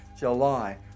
July